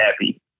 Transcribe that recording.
happy